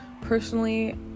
personally